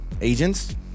agents